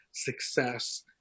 success